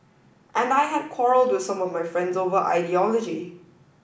and I had quarrelled with some of my friends over ideology